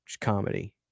comedy